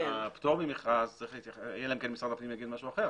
הפטור ממכרז צריך להתייחס אלא אם כן משרד הפנים יגיד משהו אחר,